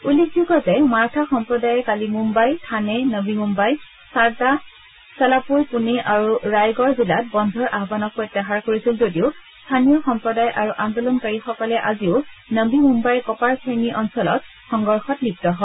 উল্লেখযোগ্য যো মাৰাথা সম্প্ৰদায়ে কালি মুম্বাই থানে নবী মুম্বাই চাৰাটা চলাপুৰ পণে আৰু ৰায়গড় জিলাত বন্ধৰ আহানক প্ৰত্যাহাৰ কৰিছিল যদিও স্থানীয় সম্প্ৰদায় আৰু আন্দোলনকাৰীসকলে আজিও নবী মুদ্বাইৰ কপাৰ খেৰনি অঞ্চলত সংঘৰ্ষত লিপ্ত হয়